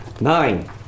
Nine